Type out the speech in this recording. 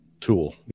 tool